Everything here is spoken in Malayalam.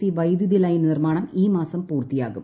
സി വൈദ്യുതി ലൈൻ നിർമ്മാണം ഈ മ്യാൻഫ പൂർത്തിയാകും